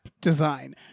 design